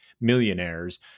millionaires